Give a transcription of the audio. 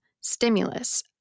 stimulus